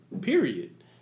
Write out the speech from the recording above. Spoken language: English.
Period